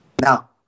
Now